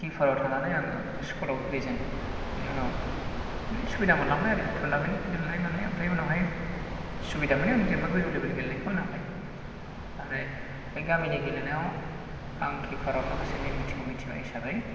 keeper आव थानानै आङो स्कुल आव गेलेजेनदों बेनि उनाव माने सुबिदा मोनलांबाय आरो टुर्नामेन्ट गेलेनाय मानाय ओमफ्राय उनावहाय सुबिदा माने आं जेनेबा गोजौ लेभेल नि गेलेनायखौ होनाखै ओमफ्राय बे गामिनि गेलेनायाव आं किपार आव माखासे नेेम निथिखौ मिथिग्रा हिसाबै